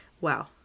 Wow